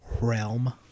realm